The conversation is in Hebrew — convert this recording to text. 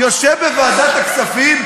יושב בוועדת הכספים,